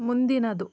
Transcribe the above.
ಮುಂದಿನದು